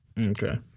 Okay